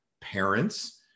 parents